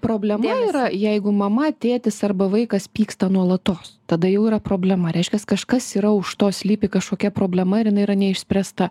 problema yra jeigu mama tėtis arba vaikas pyksta nuolatos tada jau yra problema reiškias kažkas yra už to slypi kažkokia problema ir jinai yra neišspręsta